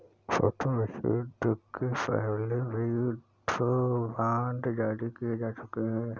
प्रथम विश्वयुद्ध के पहले भी युद्ध बांड जारी किए जा चुके हैं